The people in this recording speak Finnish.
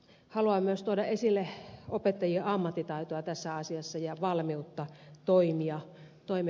haluan myös tuoda esille opettajien ammattitaitoa tässä asiassa ja valmiutta toimia